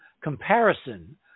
comparison